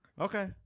okay